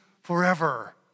forever